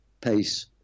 pace